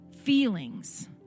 feelings